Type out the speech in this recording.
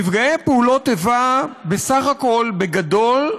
נפגעי פעולות איבה בישראל, בסך הכול, בגדול,